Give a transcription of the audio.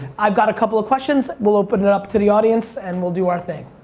i've got a couple of questions. we'll open it up to the audience, and we'll do our thing.